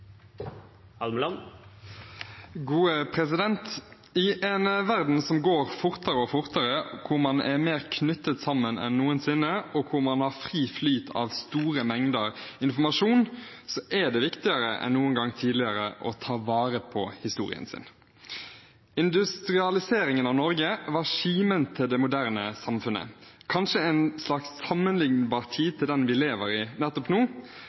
I en verden som går fortere og fortere, hvor man er mer knyttet sammen enn noensinne, og hvor man har fri flyt av store mengder informasjon, er det viktigere enn noen gang tidligere å ta vare på historien sin. Industrialiseringen av Norge var kimen til det moderne samfunnet, kanskje en slags sammenliknbar tid til den vi lever i nettopp nå,